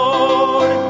Lord